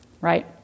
right